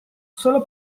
solo